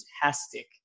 fantastic